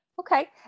Okay